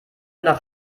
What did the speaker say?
nach